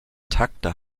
takte